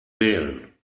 wählen